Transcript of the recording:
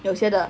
有些的